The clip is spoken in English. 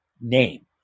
name